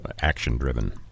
action-driven